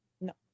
No